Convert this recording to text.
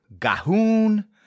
Gahoon